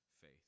faith